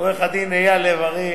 עורך-דין אייל לב-ארי,